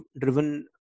driven